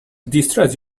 distress